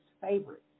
favorites